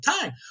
time